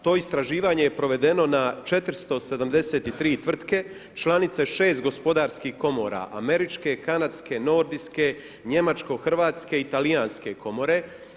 To istraživanje je provedeno na 473 tvrtke, članice 6 gospodarskih komora, američke, kanadske, nordijske, njemačko-hrvatske i talijanske komore.